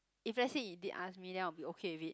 if let's say you did ask me then I'll be okay with it